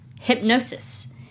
hypnosis